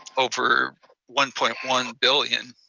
over one point one billion.